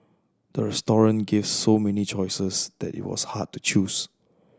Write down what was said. the restaurant gave so many choices that it was hard to choose